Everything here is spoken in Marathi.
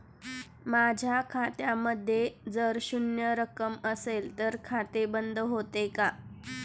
माझ्या खात्यामध्ये जर शून्य रक्कम असेल तर खाते बंद होते का?